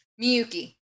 Miyuki